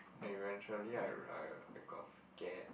I eventually I I got scared